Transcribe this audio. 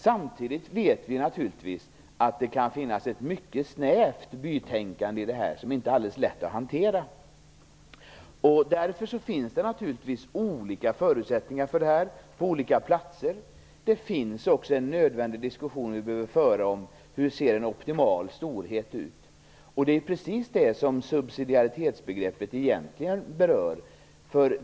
Samtidigt vet vi naturligtvis att det kan finnas ett mycket snävt bytänkande i den här frågan som det inte är alldeles lätt att hantera. Därför finns det olika förutsättningar på olika platser. Det är också nödvändigt med en diskussion om hur en optimal storhet ser ut. Det är precis det som subsidiaritetsbegreppet egentligen gäller.